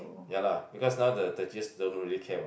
ya lah because now the the G S don't really care about